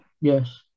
Yes